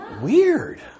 Weird